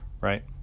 right